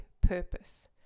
purpose